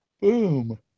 Boom